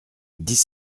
dix